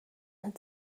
had